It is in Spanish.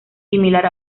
similar